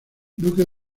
duque